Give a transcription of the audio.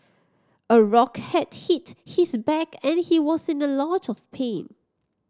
a rock had hit his back and he was in a lot of pain